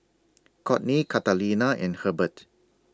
Cortney Catalina and Hurbert